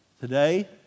Today